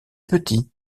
petit